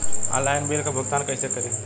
Online bill क भुगतान कईसे करी?